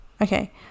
okay